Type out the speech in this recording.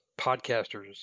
podcasters